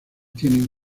tienen